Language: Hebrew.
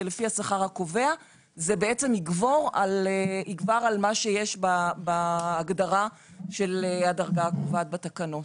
לפי השכר הקובע זה יגבר על מה שיש בהגדרה של הדרגה הקובעת בתקנות.